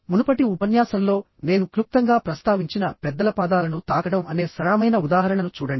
మునుపటి ఉపన్యాసంలో నేను క్లుప్తంగా ప్రస్తావించిన పెద్దల పాదాలను తాకడం అనే సరళమైన ఉదాహరణను చూడండి